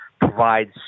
provides